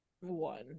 one